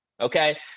okay